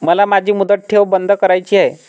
मला माझी मुदत ठेव बंद करायची आहे